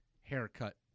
haircut